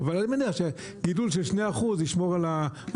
אבל אני מניח שגידול של 2% ישמור על הכמות